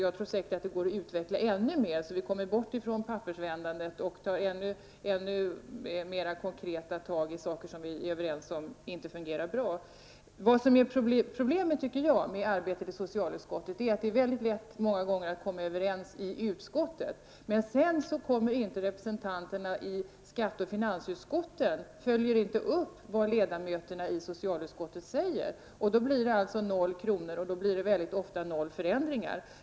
Jag tror säkert att detta går att utveckla ännu mer så att vi kommer bort från pappersvändandet och mer konkret angriper sådana saker vi är överens om inte fungerar bra. Problemet med arbetet i socialutskottet är enligt min mening att det många gånger är mycket lätt att komma överens i utskottet, men sedan följer representanterna i skatteutskottet och finansutskottet inte upp vad ledamöterna i socialutskottet säger. Det blir då 0 kr. och väldigt ofta noll förändringar.